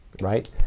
right